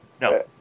No